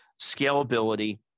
scalability